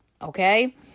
Okay